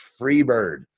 Freebird